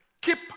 keep